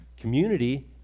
community